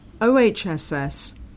OHSS